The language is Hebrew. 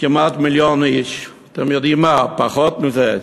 כמעט מיליון איש, אתם יודעים מה, פחות מזה.